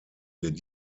wird